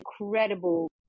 incredible